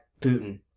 Putin